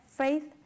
faith